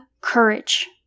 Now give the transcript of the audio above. courage